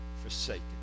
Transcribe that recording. forsaken